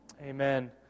Amen